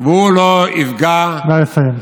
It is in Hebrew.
והוא לא יפגע, נא לסיים.